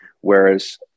Whereas